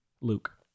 Luke